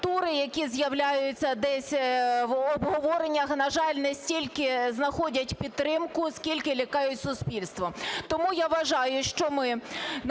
які з'являються десь в обговореннях, на жаль, не стільки знаходять підтримку, скільки лякають суспільство. Тому я вважаю, що ми,